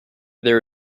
there